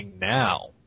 now